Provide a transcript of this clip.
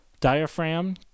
diaphragm